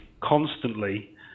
constantly